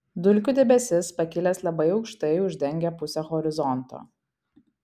dulkių debesis pakilęs labai aukštai uždengia pusę horizonto